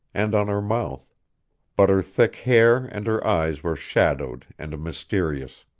and on her mouth but her thick hair and her eyes were shadowed and mysterious.